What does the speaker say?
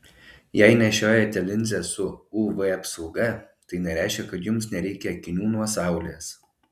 jei nešiojate linzes su uv apsauga tai nereiškia kad jums nereikia akinių nuo saulės